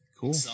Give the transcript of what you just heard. cool